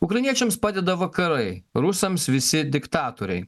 ukrainiečiams padeda vakarai rusams visi diktatoriai